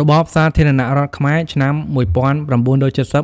របបសាធារណរដ្ឋខ្មែរ (ឆ្នាំ ១៩៧០-១៩៧៥) គឺជាស